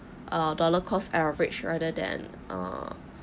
err dollar cost average rather than err